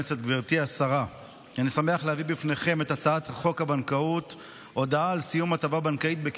קובע שהצעת חוק דיווח לכנסת על תלונות וטיפול בהטרדות מיניות